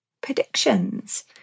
predictions